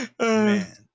Man